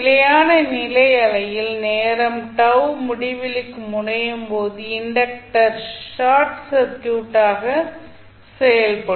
நிலையான நிலை நிலையில் நேரம் t முடிவிலிக்கு முனையும் போது இன்டக்டர் ஷார்ட் சர்க்யூட்டாக செயல்படும்